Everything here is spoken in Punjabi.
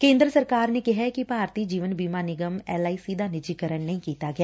ਕੇਂਦਰ ਸਰਕਾਰ ਨੇ ਕਿਹੈ ਕਿ ਭਾਰਤੀ ਜੀਵਨ ਬੀਮਾ ਨਿਗਮ ਐਲ ਆਈ ਸੀ ਦਾ ਨਿੱਜੀ ਕਰਨ ਨਹੀਂ ਕੀਤਾ ਗਿਆ